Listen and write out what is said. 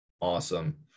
awesome